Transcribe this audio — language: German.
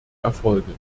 erfolgen